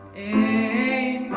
a